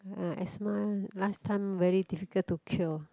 ah asthma last time very difficult to cure